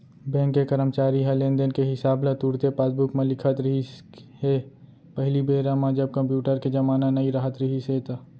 bank के करमचारी ह लेन देन के हिसाब ल तुरते पासबूक म लिखत रिहिस हे पहिली बेरा म जब कम्प्यूटर के जमाना नइ राहत रिहिस हे ता